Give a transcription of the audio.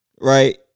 Right